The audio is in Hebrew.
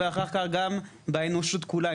ואחר-כך גם באנושות כולה,